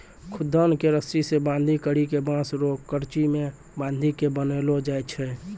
खुद्दन के रस्सी से बांधी करी के बांस रो करची मे बांधी के बनैलो जाय छै